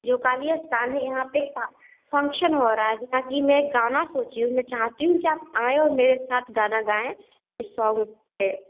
जो कलि स्थान है यहाँ पर का फंक्शन हो रहा है जहाँ कि मैं गाना सोची हूँ मैं चाहती हूँ कि आप आएँ और मेरे साथ गाना गाए इस सॉन्ग पर